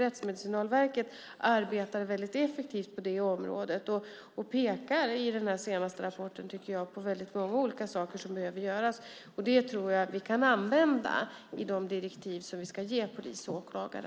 Rättsmedicinalverket arbetar effektivt på det området och pekar i den senaste rapporten på många olika saker som behöver göras. Det tror jag att vi kan använda i de direktiv som vi ska ge polis och åklagare.